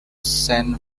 san